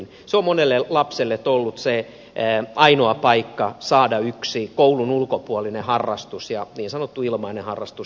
se on monelle lapselle ollut se ainoa paikka saada yksi koulun ulkopuolinen harrastus ja niin sanottu ilmainen harrastus